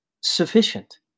sufficient